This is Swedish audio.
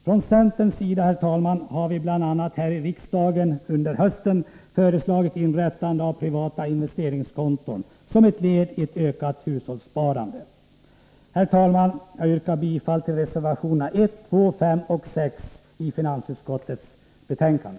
Från centerns sida har vi här i riksdagen under hösten föreslagit bl.a. inrättande av privata investeringskonton som ett led i ett ökat hushållssparande. Herr talman! Jag yrkar bifall till reservationerna 1, 2, 5 och 6 i finansutskottets betänkande.